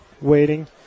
waiting